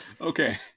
Okay